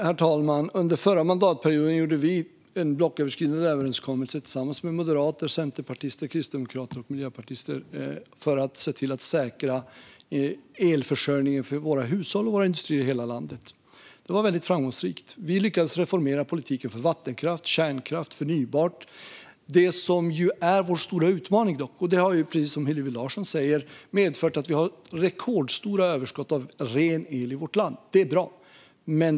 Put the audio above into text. Herr talman! Under förra mandatperioden gjorde vi en blocköverskridande överenskommelse med moderater, centerpartister, kristdemokrater och miljöpartister för att se till att säkra elförsörjningen för hushåll och industrier i hela landet. Det var väldigt framgångsrikt. Vi lyckades reformera politiken för vattenkraft, kärnkraft och förnybart. Precis som Hillevi Larsson säger har det medfört att vi har rekordstora överskott av ren el i vårt land. Det är bra.